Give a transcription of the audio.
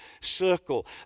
circle